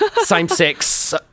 Same-sex